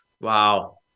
Wow